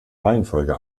reihenfolge